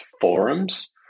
forums